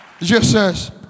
Jesus